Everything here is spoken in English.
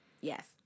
Yes